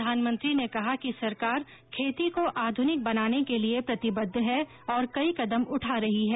प्रधानमंत्री ने कहा कि सरकार खेती को आध्निक बनाने के लिए प्रतिबद्ध है और कई कदम उठा रही है